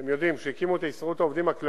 אתם יודעים, כשהקימו את הסתדרות העובדים הכללית,